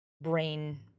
brain